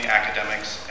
academics